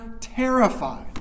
terrified